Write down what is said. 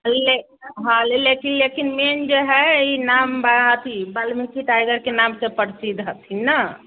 ले हँ लेकिन लेकिन मेन जे है ई नाम बा अथी वाल्मीकि टाइगरके नामसँ प्रसिद्ध हेथिन न